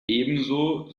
ebenso